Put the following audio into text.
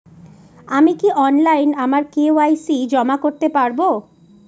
আমি কি অনলাইন আমার কে.ওয়াই.সি জমা করতে পারব?